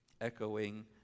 Echoing